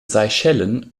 seychellen